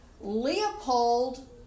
Leopold